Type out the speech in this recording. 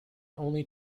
only